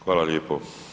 Hvala lijepo.